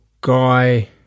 Guy